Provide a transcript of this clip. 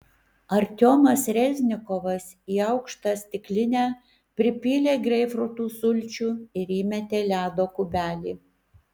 artiomas reznikovas į aukštą stiklinę pripylė greipfrutų sulčių ir įmetė ledo kubelį